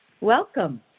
Welcome